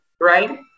right